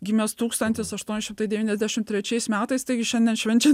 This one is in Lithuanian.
gimęs tūkstantis aštuoni šimtai devyniasdešimt trečiais metais taigi šiandien švenčia